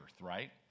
right